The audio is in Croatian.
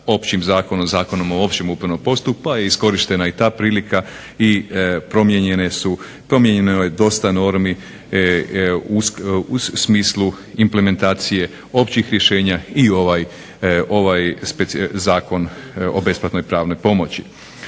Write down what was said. općim zakonom, Zakonom o općem upravnom postupku, pa je iskorištena i ta prilika i promijenjene su, promijenjeno je dosta normi u smislu implementacije općih rješenja i ovaj Zakon o besplatnoj pravnoj pomoći.